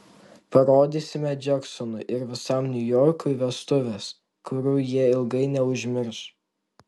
parodysime džeksonui ir visam niujorkui vestuves kurių jie ilgai neužmirš